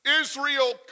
Israel